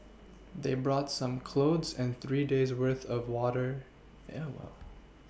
they brought some clothes and three days' worth of water yeah well